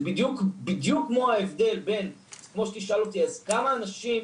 זה בדיוק כמו שתשאל אותי אז כמה אנשים